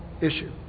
issue